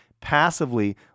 passively